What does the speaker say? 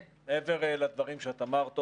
מעבר לדברים שאמרת,